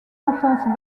enfance